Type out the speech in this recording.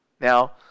Now